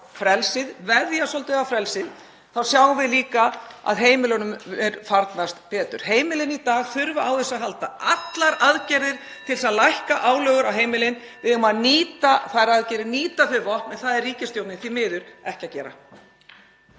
frelsið, veðja svolítið á frelsið, þá sjáum við líka að heimilunum farnast betur. Heimilin í dag þurfa á þessu að halda, öllum aðgerðum til þess að lækka álögur á heimilin. Við eigum að nýta þær aðgerðir, nýta þau vopn. En það er ríkisstjórnin því miður ekki að gera.